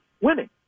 winning